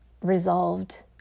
resolved